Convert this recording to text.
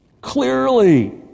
Clearly